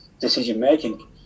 decision-making